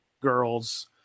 girls